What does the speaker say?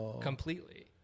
completely